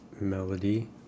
melody